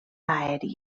aèria